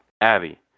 Abby